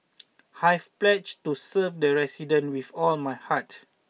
I've pledged to serve the resident with all my heart